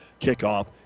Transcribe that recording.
kickoff